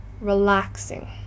relaxing